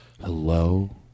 hello